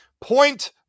Point